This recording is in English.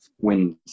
wins